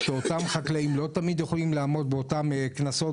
שאותם חקלאים לא תמיד יכולים לעמוד באותם קנסות,